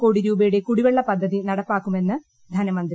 കോടി രൂപയുടെ കുടിവെള്ള പദ്ധതി നടപ്പിലാക്കുമെന്ന് ധനമന്ത്രി